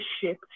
ship